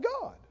God